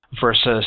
versus